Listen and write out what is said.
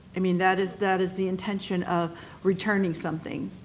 i mean that is that is the intention of returning something.